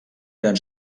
eren